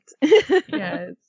Yes